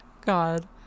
God